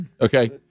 Okay